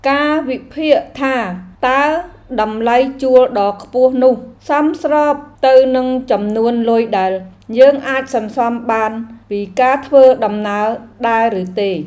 ការវិភាគថាតើតម្លៃជួលដ៏ខ្ពស់នោះ សមស្របទៅនឹងចំនួនលុយដែលយើងអាចសន្សំបានពីការធ្វើដំណើរដែរឬទេ។